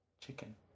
Chicken